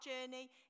journey